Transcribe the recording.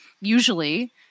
usually